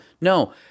No